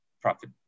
profit